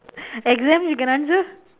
exams you can answer